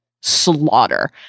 slaughter